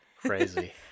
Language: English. crazy